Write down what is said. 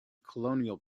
colonial